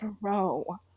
Bro